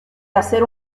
hacer